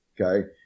Okay